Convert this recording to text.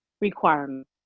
requirement